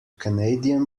canadian